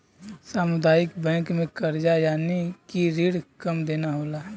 सामुदायिक बैंक में करजा यानि की रिण कम देना होला